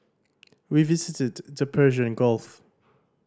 we visited the Persian Gulf